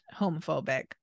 homophobic